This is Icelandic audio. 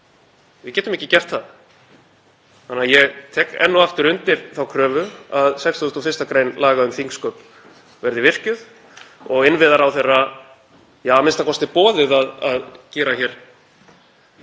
Við getum ekki gert það. Þannig að ég tek enn og aftur undir þá kröfu að 61. gr. laga um þingsköp verði virkjuð og innviðaráðherra a.m.k. boðið að gera hér